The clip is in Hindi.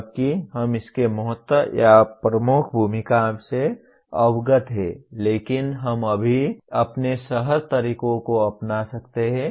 जबकि हम इसके महत्व या प्रमुख भूमिका से अवगत हैं लेकिन हम अभी अपने सहज तरीकों को अपना सकते हैं